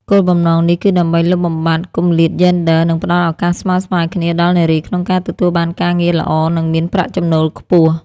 គោលបំណងនេះគឺដើម្បីលុបបំបាត់គំលាតយេនឌ័រ និងផ្តល់ឱកាសស្មើៗគ្នាដល់នារីក្នុងការទទួលបានការងារល្អ និងមានប្រាក់ចំណូលខ្ពស់។